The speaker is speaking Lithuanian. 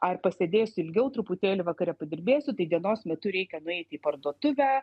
ar pasėdėsiu ilgiau truputėlį vakare padirbėsiu tai dienos metu reikia nueiti į parduotuvę